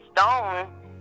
stone